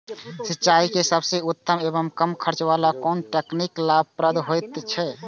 सिंचाई के सबसे उत्तम एवं कम खर्च वाला कोन तकनीक लाभप्रद होयत छै?